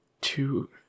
two